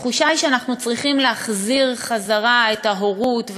התחושה היא שאנחנו צריכים להחזיר חזרה את ההורות,